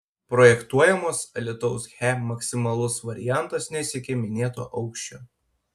projektuojamos alytaus he maksimalus variantas nesiekia minėto aukščio